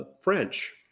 French